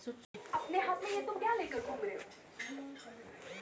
द्विदल पिकामंदी युरीया या खताची गरज रायते का?